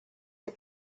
der